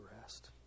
rest